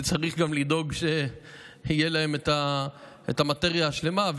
אני צריך גם לדאוג שתהיה להם את המטריה השלמה.